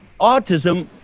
autism